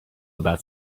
about